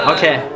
Okay